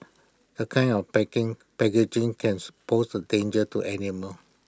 A kind of packing packaging can suppose A danger to animals